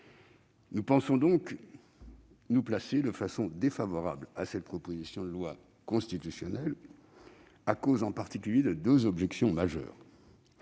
Nous pensons donc nous positionner de façon défavorable à cette proposition de loi constitutionnelle, et cela en raison de deux objections majeures.